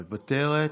מוותרת,